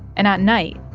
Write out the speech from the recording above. and at night,